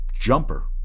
jumper